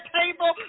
table